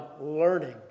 learning